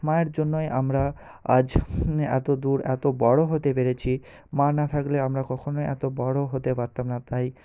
মায়ের জন্যই আমরা আজ এত দূর এত বড়ো হতে পেরেছি মা না থাকলে আমরা কখনোই এত বড়ো হতে পারতাম না তাই